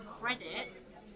credits